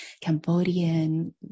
Cambodian